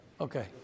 Okay